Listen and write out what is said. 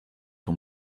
ton